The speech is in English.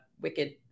wicked